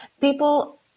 people